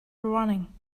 running